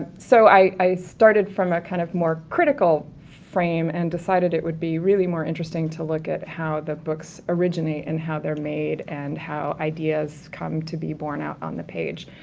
so i i started from a kind of more critical frame and decided it would be really more interesting to look at how the books originate, and how they're made, and how ideas come to be borne out on the page.